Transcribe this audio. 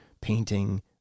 painting